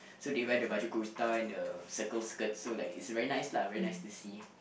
so they wear the baju kurta and the circle skirts so like it's very nice lah very nice to see